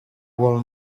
will